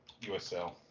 USL